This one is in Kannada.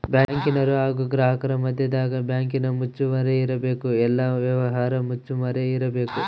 ಬ್ಯಾಂಕಿನರು ಹಾಗು ಗ್ರಾಹಕರ ಮದ್ಯದಗ ಬ್ಯಾಂಕಿನ ಮುಚ್ಚುಮರೆ ಇರಬೇಕು, ಎಲ್ಲ ವ್ಯವಹಾರ ಮುಚ್ಚುಮರೆ ಇರಬೇಕು